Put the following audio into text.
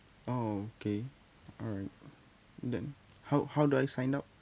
oh okay alright then how how do I sign up